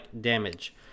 damage